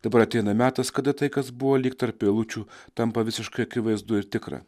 dabar ateina metas kada tai kas buvo lyg tarp eilučių tampa visiškai akivaizdu ir tikra